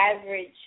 Average